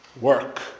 work